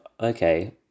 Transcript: okay